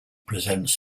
presents